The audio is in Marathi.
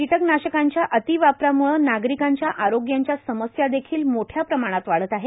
कीटकनाशकांच्या अति वापरांमुळे नागरिकांच्या आरोग्यांच्या समस्या देखील मोठ्या प्रमाणात वाढत आहेत